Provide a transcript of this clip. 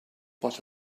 but